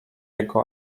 jego